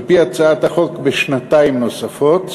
על-פי הצעת החוק בשנתיים נוספות,